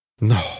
No